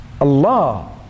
Allah